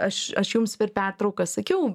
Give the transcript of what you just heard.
aš aš jums per pertrauką sakiau